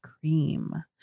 cream